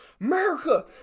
America